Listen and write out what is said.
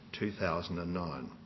2009